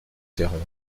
terreur